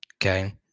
okay